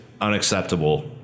unacceptable